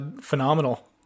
Phenomenal